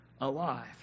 alive